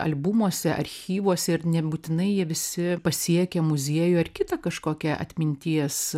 albumuose archyvuose ir nebūtinai jie visi pasiekia muziejų ar kitą kažkokią atminties